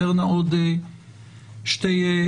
מה קורה עד לרגע שנמכר הרכוש יש איזו שהיא עלות